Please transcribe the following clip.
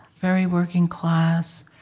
very working-class.